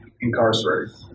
incarcerated